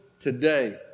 today